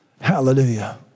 Hallelujah